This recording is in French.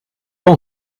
pas